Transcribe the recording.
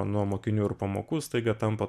nuo mokinių ir pamokų staiga tampa